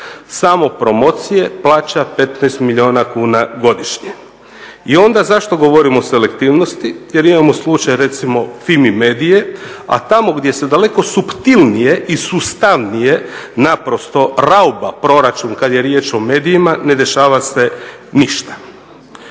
samopromocije plaća 15 milijuna kuna godišnje. I onda zašto govorim o selektivnosti, jer imamo slučaj recimo FIMI-medije, a tamo gdje su daleko suptilnije i sustavnije, naprosto … proračun kad je riječ o medijima, ne dešava se ništa.